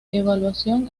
evaluación